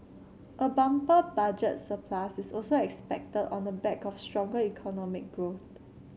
a bumper budget surplus is also expected on the back of stronger economic growth